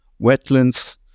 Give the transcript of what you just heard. wetlands